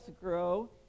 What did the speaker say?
grow